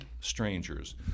strangers